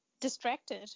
distracted